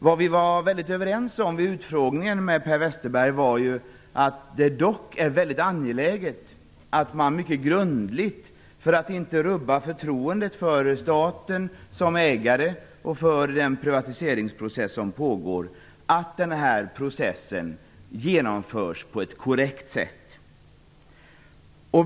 Vad vi var mycket överens om vid utfrågningen av Per Westerberg var att det är synnerligen angeläget att en privatiseringsprocess genomförs på ett korrekt sätt - detta för att inte rubba förtroendet för staten som ägare och för den privatiseringsprocess som pågår.